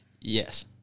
Yes